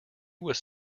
was